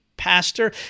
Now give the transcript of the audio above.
pastor